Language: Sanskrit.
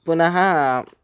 पुनः